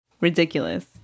ridiculous